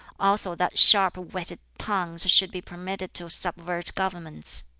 also that sharp-whetted tongues should be permitted to subvert governments.